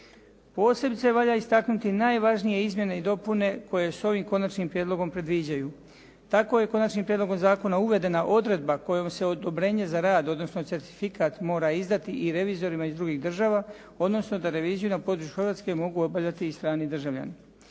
Posebice valja istaknuti najvažnije izmjene i dopune koje se ovim konačnim prijedlogom predviđaju. Tako je konačnim prijedlogom zakona uvedena odredba kojom se odobrenje za rad, odnosno certifikat mora izdati i revizorima iz drugih država, odnosno da reviziju na području Hrvatske mogu obavljati i strani državljani.